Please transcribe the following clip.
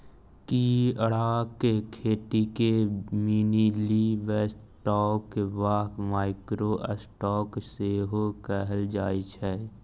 कीड़ाक खेतीकेँ मिनीलिवस्टॉक वा माइक्रो स्टॉक सेहो कहल जाइत छै